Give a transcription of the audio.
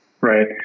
Right